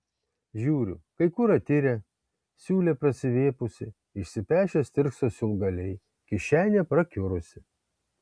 žiūriu kai kur atirę siūlė prasiviepusi išsipešę stirkso siūlgaliai kišenė prakiurusi